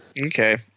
Okay